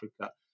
Africa